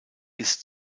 ist